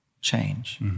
change